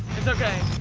it's ok.